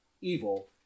evil